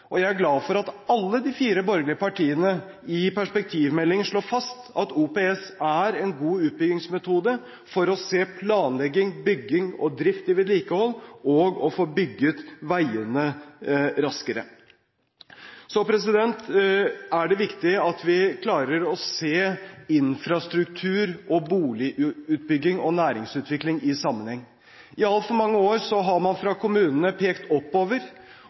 og jeg er glad for at alle de fire borgerlige partiene i perspektivmeldingen slår fast at OPS er en god utbyggingsmetode for å se planlegging, bygging og drift i vedlikehold, og få bygget veiene raskere. Så er det viktig at vi klarer å se infrastruktur, boligutbygging og næringsutvikling i sammenheng. I altfor mange år har man fra kommunene pekt oppover,